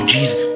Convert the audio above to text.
Jesus